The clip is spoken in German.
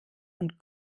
und